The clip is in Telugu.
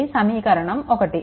ఇది సమీకరణం 1